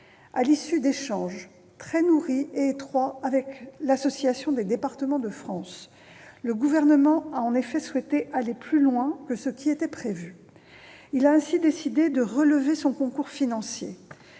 à l'issue d'échanges très nourris et étroits avec l'Assemblée des départements de France, l'ADF, le Gouvernement a souhaité aller plus loin que ce qui était prévu. Il a ainsi décidé de relever son concours financier.